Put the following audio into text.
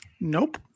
Nope